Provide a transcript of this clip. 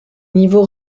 niveau